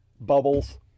bubbles